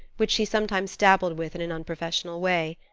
which she sometimes dabbled with in an unprofessional way.